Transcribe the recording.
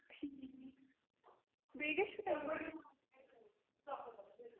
ٹھیٖک بیٚیہِ کیٛاہ چھُ تۄہہِ نِیُن